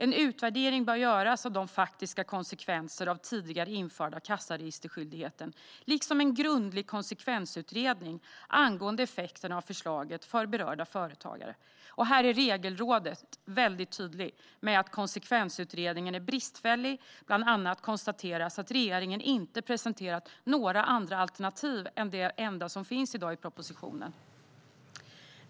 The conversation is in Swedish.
En utvärdering bör göras av de faktiska konsekvenserna av den tidigare införda kassaregisterskyldigheten liksom en grundlig konsekvensutredning angående effekterna av förslaget för berörda företagare. Regelrådet är tydligt med att konsekvensutredningen är bristfällig. Bland annat konstateras att regeringen inte presenterar några andra alternativ än det enda som finns i propositionen.